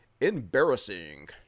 Embarrassing